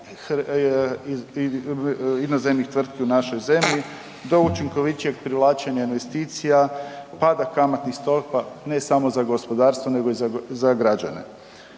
inozemnih tvrtki u našoj zemlji do učinkovitijeg privlačenja investicija, pada kamatnih stopa ne samo za gospodarstvo nego i za građane.